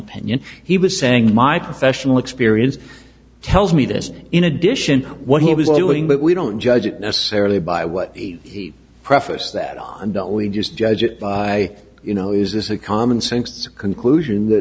opinion he was saying my professional experience tells me this in addition what he was doing but we don't judge it necessarily by what he preface that don't we just judge it by you know is this a common sense conclusion that